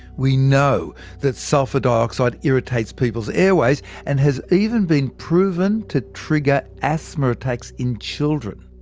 we know that sulphur dioxide irritates peoples' airways and has even been proven to trigger asthma attacks in children.